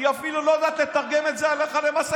היא אפילו לא יודעת לתרגם את זה הלכה למעשה